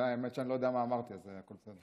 האמת שאני לא יודע מה אמרתי, אז הכול בסדר.